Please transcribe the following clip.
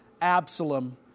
Absalom